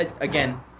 again